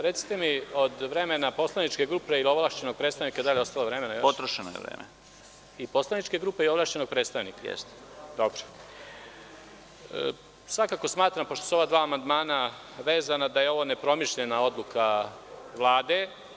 Recite mi od vremena poslaničke grupe ili ovlašćenog predstavnika da li je ostalo vremena? (Predsedavajući: Potrošeno je vreme.) I poslaničke grupe i ovlašćenog predstavnika? (Predsedavajući: Jeste.) Svakako smatram, pošto su ova dva amandmana vezana, da je ovo nepromišljena odluka Vlade.